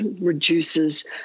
reduces